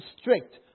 strict